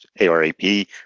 ARAP